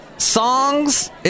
Songs